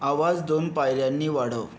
आवाज दोन पायऱ्यांनी वाढव